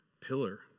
pillar